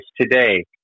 today